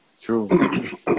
True